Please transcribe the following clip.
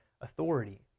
authority